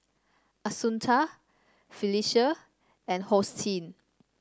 Assunta Phylicia and Hosteen